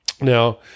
now